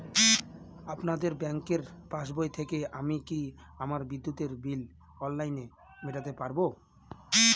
আপনাদের ব্যঙ্কের পাসবই থেকে আমি কি আমার বিদ্যুতের বিল অনলাইনে মেটাতে পারবো?